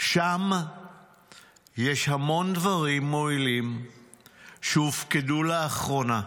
שם יש המון דברים מועילים שהופקדו לאחרונה.